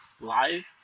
life